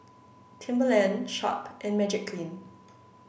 Timberland Sharp and Magiclean